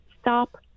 stop